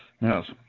Yes